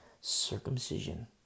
Circumcision